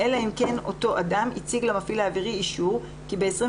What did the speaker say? אלא אם כן אותו אדם הציג למפעיל האווירי אישור כי ב-24